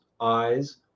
eyes